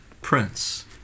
Prince